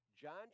John